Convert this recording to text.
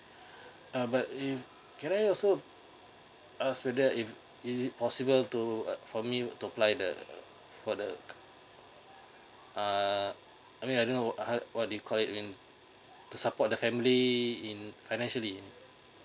uh but if can I also ask whether if it is it possible to uh for me would to apply the uh for the uh I may I don't know uh what they call in to support the family in financially